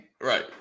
right